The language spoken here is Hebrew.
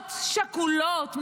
אימהות שכולות,